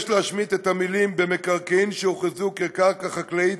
יש להשמיט את המילים "במקרקעין שהוכרזו כקרקע חקלאית",